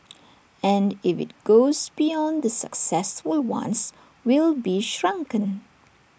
and if IT goes beyond the successful ones we'll be shrunken